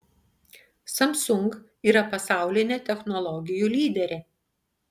samsung yra pasaulinė technologijų lyderė